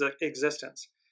existence